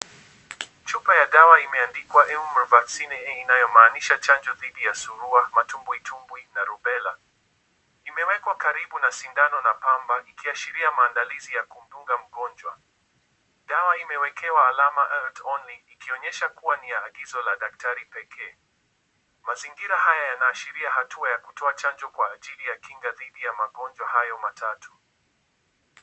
Chupa ya dawa imeandikwa MMR inayomaanisha chanjo dhidi ya surua, matumbo itumbwi, na rubella. Imewekwa karibu na sindano na pamba, ikiashiria maandalizi ya kuundunga mgonjwa. Dawa imewekewa alama ERG-ONLY , ikionyesha kuwa ni ya agizo la daktari pekee. Mazingira haya yanaashiria hatua ya kutoa chanjo kwa ajili ya kinga dhidi ya magonjwa hayo matatu.